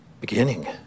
beginning